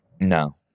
No